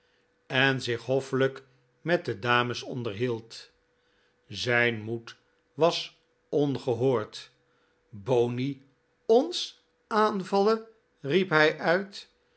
en zich hoffelijk met de dames onderhield zijn moed was ongehoord boney ons aanvallen riep hij uit